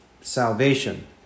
salvation